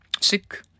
sick